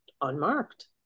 unmarked